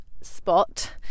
spot